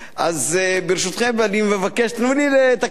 אז ברשותכם, אני מבקש: תקשיבו לי.